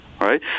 Right